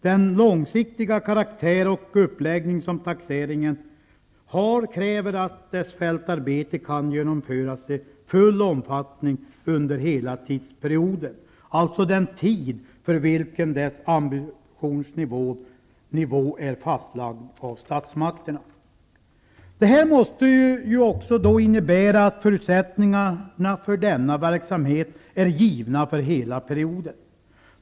Den långsiktiga karaktär och uppläggning som taxeringen har kräver att fältarbetet kan genomföras i full omfattning under hela tidsperioden, dvs. den tid för vilken dess ambitionsnivå är fastlagd av statsmakterna. Detta måste också innebära att förutsättningarna för denna verksamhet är givna för hela perioden.